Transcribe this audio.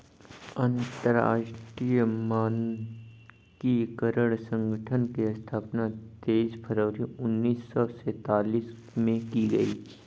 अंतरराष्ट्रीय मानकीकरण संगठन की स्थापना तेईस फरवरी उन्नीस सौ सेंतालीस में की गई